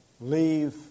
leave